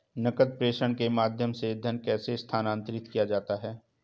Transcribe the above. नकद प्रेषण के माध्यम से धन कैसे स्थानांतरित किया जाता है?